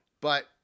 But-